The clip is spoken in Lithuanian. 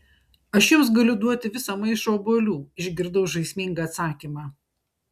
aš jums galiu duoti visą maišą obuolių išgirdau žaismingą atsakymą